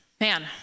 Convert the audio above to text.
man